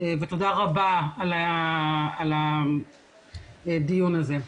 ותודה רבה על הדיון הזה.